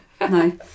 no